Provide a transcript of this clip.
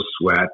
sweat